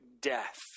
death